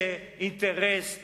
זה אינטרס חיוני,